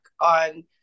on